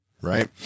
right